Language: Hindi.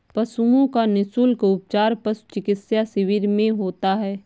पशुओं का निःशुल्क उपचार पशु चिकित्सा शिविर में होता है